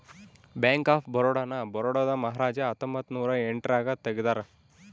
bank of Baroda ನ ಬರೋಡಾದ ಮಹಾರಾಜ ಹತ್ತೊಂಬತ್ತ ನೂರ ಎಂಟ್ ರಾಗ ತೆಗ್ದಾರ